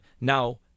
now